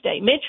Mitch